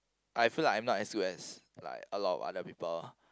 I feel like I am not as good as like a lot of other people